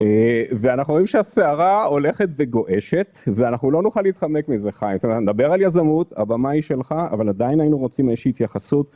ואנחנו רואים שהסערה הולכת וגועשת, ואנחנו לא נוכל להתחמק מזה חיים. נדבר על יזמות, הבמה היא שלך, אבל עדיין היינו רוצים איזושהי התייחסות